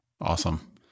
Awesome